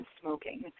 smoking